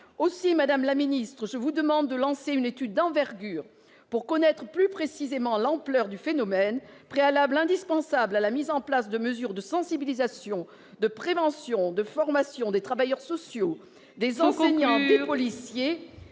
Aussi, madame la secrétaire d'État, je vous demande de lancer une étude d'envergure pour connaître plus précisément l'ampleur du phénomène, préalable indispensable à la mise en place de mesures de sensibilisation, de prévention, de formation tant des travailleurs sociaux, ... Veuillez conclure,